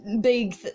Big